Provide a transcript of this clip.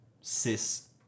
cis